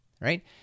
right